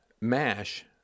MASH